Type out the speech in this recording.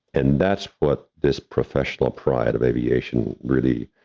and that's what this professional pride of aviation really